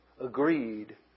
agreed